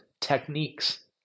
techniques